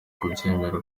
kubyemera